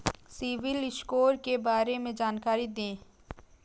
CIBIL score के बारे में जानकारी दें?